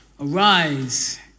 Arise